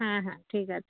হ্যাঁ হ্যাঁ ঠিক আছে